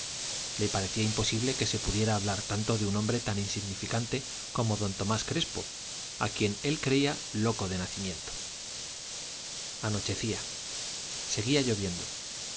parecía imposible que se pudiera hablar tanto de un hombre tan insignificante como don tomás crespo a quien él creía loco de nacimiento anochecía seguía lloviendo